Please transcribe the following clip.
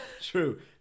True